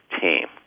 team